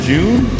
June